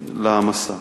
למסע.